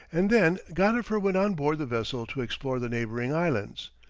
and then gadifer went on board the vessel to explore the neighbouring islands.